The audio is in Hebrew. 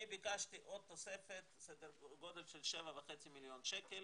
ביקשתי עוד תוספת סדר גודל של 7.5 מיליון שקל